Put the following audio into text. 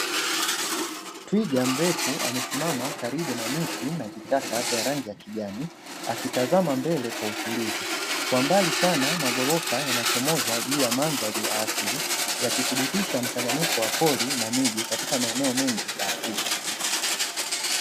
Twiga mrefu amesimama karibu na miti na vichaka vya rangi ya kijani, akitazama mbele kwa utulivu kwa mbali sana, maghorofa yanachomoza juu ya mandhari ya asili, yakithibitisha mchanganyiko wa pori na miji katika maeneo mengi ya Afrika.